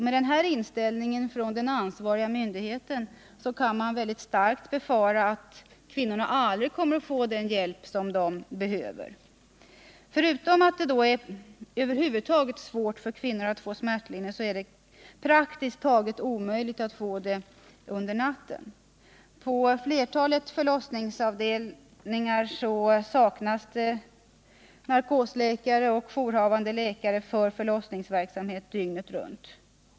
Med den inställningen från den ansvariga myndigheten kan man starkt befara att kvinnorna aldrig kommer att få den hjälp som de behöver. Förutom att det över huvud taget är svårt för kvinnor att få smärtlindring så är det praktiskt taget omöjligt att få det under natten. På flertalet förlossningsavdelningar saknas det narkosläkare och jourhavande läkare för förlossningsverksamhet dygnet runt.